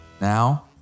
Now